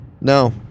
No